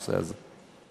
בנושא הזה.